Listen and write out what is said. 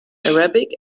arabic